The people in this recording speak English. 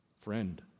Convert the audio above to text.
friend